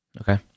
Okay